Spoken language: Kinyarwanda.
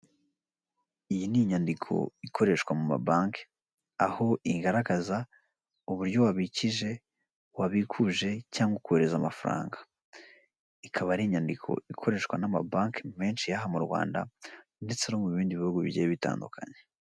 Iyi ni inyandiko ikoreshwa mu mabanki aho igaragaza uburyo wabikije, wabikuje cyangwa kohereza amafaranga, ikaba ari inyandiko ikoreshwa n'amabanki menshi y'aha mu Rwanda ndetse no mu bindi bihugu bigiye bitandukanye.